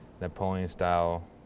Napoleon-style